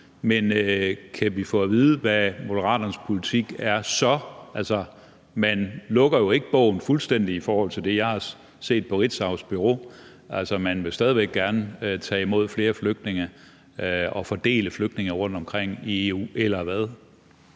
men kan vi få at vide, hvad Moderaternes politik så er? Man lukker jo ikke bogen fuldstændig i forhold til det, jeg har set på Ritzaus Bureau. Altså, man vil stadig væk gerne tage imod flere flygtninge og fordele flygtninge rundtomkring i EU, eller hvad?